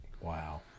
wow